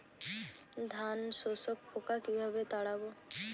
ধানে শোষক পোকা কিভাবে তাড়াব?